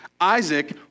Isaac